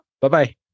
Bye-bye